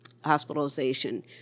hospitalization